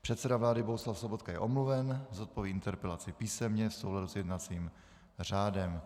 Předseda vlády Bohuslav Sobotka je omluven, zodpoví interpelaci písemně v souladu s jednacím řádem.